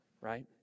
Right